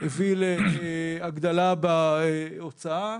הביא להגדלה בהוצאה.